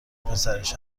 پسرش